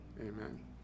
amen